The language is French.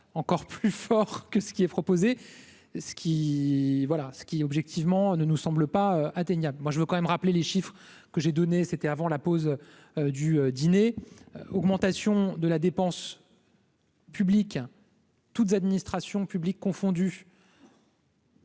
encore plus fort que ce qui est proposé, ce qui, voilà ce qui objectivement ne nous semble pas atteignable, moi je veux quand même rappeler les chiffres que j'ai donné, c'était avant la pause du dîner, augmentation de la dépense publique. Toutes administrations publiques confondues.